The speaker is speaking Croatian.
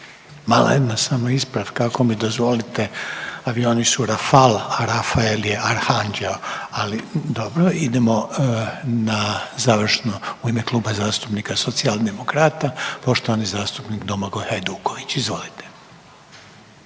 Mala jedna samo ispravka ako mi dozvolite. Avioni su Rafala, A Rafael je Arhanđeo. Ali dobro. Idemo na završno u ime kluba zastupnika Socijaldemokrata poštovani zastupnik Domagoj Hajduković. Izvolite.